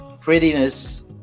prettiness